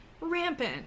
Rampant